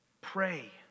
Pray